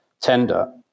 tender